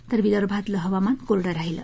तर विदर्भातलं हवामान कोरडं राहिलं